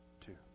two